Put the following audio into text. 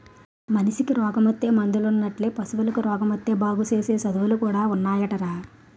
మనిసికి రోగమొత్తే మందులున్నట్లే పశువులకి రోగమొత్తే బాగుసేసే సదువులు కూడా ఉన్నాయటరా